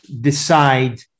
decide